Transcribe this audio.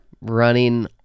running